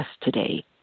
today